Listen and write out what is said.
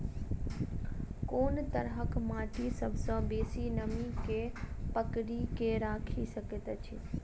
कोन तरहक माटि सबसँ बेसी नमी केँ पकड़ि केँ राखि सकैत अछि?